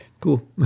Cool